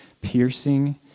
piercing